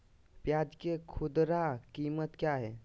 प्याज के खुदरा कीमत क्या है?